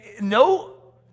No